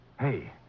Hey